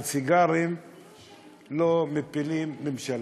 על סיגרים לא מפילים ממשלה.